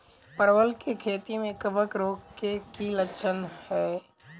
परवल केँ खेती मे कवक रोग केँ की लक्षण हाय?